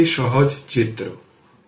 তাই আমি বলতে চাইছি আমরা V পেয়েছি